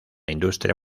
industria